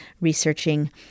researching